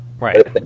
Right